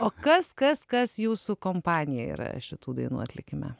o kas kas kas jūsų kompanija yra šitų dainų atlikime